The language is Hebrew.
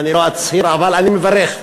אני לא אצהיר, אבל אני מברך,